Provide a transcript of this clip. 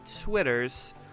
Twitters